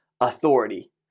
authority